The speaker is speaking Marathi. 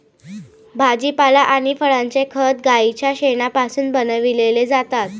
भाजीपाला आणि फळांचे खत गाईच्या शेणापासून बनविलेले जातात